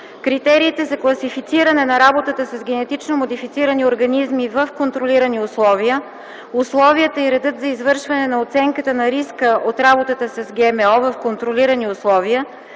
Критериите за класифициране на работата с генетично модифицирани организми в контролирани условия, условията и редът за извършване на оценката на риска от работата с ГМО в контролирани условия,